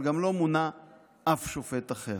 אבל גם לא מונה אף שופט אחר.